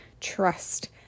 trust